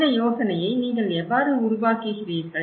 இந்த யோசனையை நீங்கள் எவ்வாறு உருவாக்குகிறீர்கள்